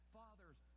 fathers